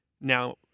Now